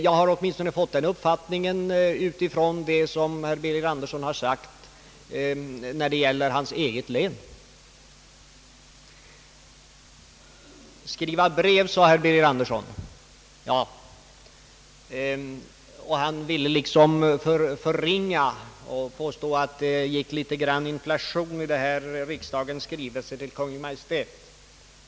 Jag har åtminstone fått den uppfattningen av vad herr Birger Andersson i vissa sammanhang sagt när det gäller hans eget län. Herr Birger Andersson ville liksom förringa värdet av att skriva brev och påstod att det gick inflation i riksdagens skrivelser till Kungl. Maj:t.